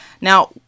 Now